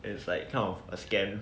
it's like kind of a scam